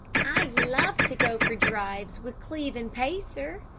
i love to go for drives with cleve and pacer,